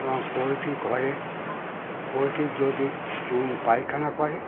এবং পোলট্রি ঘরে পোলট্রি যদি চুন পায়খানা করে